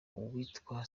uwitwa